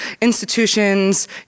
institutions